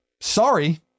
Sorry